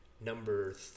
number